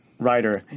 writer